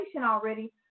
already